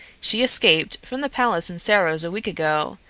she escaped from the palace in serros a week ago,